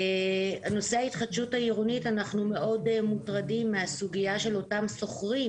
בנושא התחדשות עירונית אנחנו מאוד מוטרדים מהסוגיה של אותם שוכרים